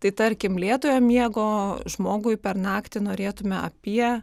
tai tarkim lėtojo miego žmogui per naktį norėtume apie